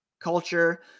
culture